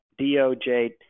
DOJ